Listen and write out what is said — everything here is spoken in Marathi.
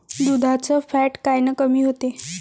दुधाचं फॅट कायनं कमी होते?